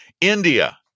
India